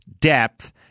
depth